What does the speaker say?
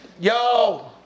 yo